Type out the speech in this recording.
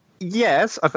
Yes